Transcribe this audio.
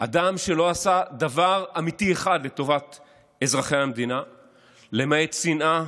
אדם שלא עשה דבר אמיתי אחד לטובת אזרחי המדינה למעט שנאה,